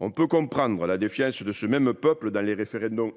On peut comprendre la défiance de ce même peuple envers les référendums